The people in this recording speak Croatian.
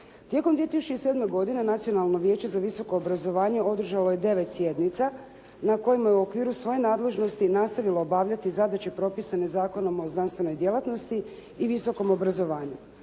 Tijekom 2007. godine Nacionalno vijeće za visoko obrazovanje održalo je devet sjednica na kojima je u okviru svoje nadležnosti nastavilo obavljati zadaće propisane Zakonom o znanstvenoj djelatnosti i visokom obrazovanju.